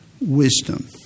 wisdom